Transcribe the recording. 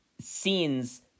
scenes